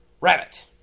Rabbit